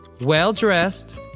well-dressed